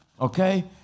Okay